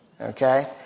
Okay